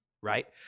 right